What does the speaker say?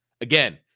Again